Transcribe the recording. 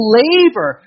labor